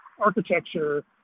architecture